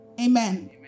Amen